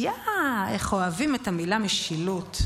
יא, איך אוהבים את המילה משילות.